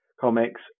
comics